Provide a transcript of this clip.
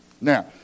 now